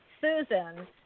Susan